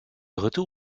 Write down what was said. retour